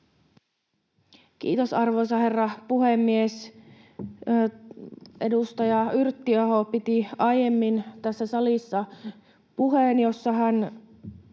Kiitos, arvoisa herra puhemies! Edustaja Yrttiaho piti aiemmin tässä salissa puheen, jossa hän